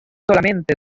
solamente